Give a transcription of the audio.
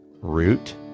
root